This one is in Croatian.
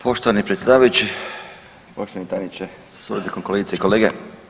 Poštovani predsjedavajući, poštovani tajniče sa suradnikom, kolegice i kolege.